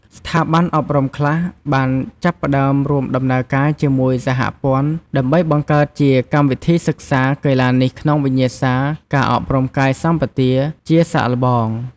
ស្ថាប័នអប់រំខ្លះបានចាប់ផ្តើមរួមដំណើរការជាមួយសហព័ន្ធ ដើម្បីបង្កើតជាកម្មវិធីសិក្សាកីឡានេះក្នុងវិញ្ញាសាការអប់រំកាយសម្បទាជាសាកល្បង។